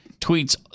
tweets